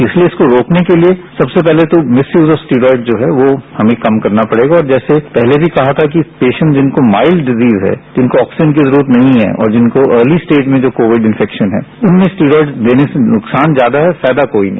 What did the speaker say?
इसलिए इसको रोकने के लिए सबसे पहले तो मिसयूज ऑफ स्टेरॉयड जो है वो कम करना पड़ेगा और जैसे पहले भी कहा था कि पेशेंट जिनको माइल्ड डिसीज है जिनको ऑक्सीजन की जरूरत नहीं है और जिनको अर्ली स्टेज में जो कोविड इन्फेक्शन है उनमें से स्टेरॉयड देने से नुकसान ज्यादा है फायदा कोई नहीं